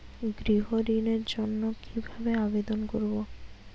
গৃহ ঋণ জন্য কি ভাবে আবেদন করব?